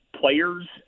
players